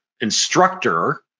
instructor